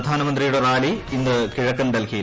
പ്രധാനമന്ത്രിയുടെ റാലി ഇന്ന് കിഴക്കൻ ഡൽഹിയിൽ